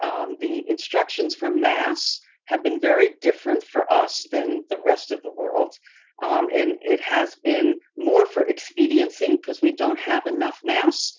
the instructions for masks had been very different for us than the rest of the world and it has been more for expediency because we don't have enough masks.